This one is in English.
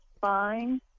fine